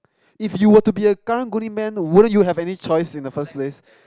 if you were to be a Karang-Guni man wouldn't you have any choice in the first place